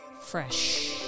Fresh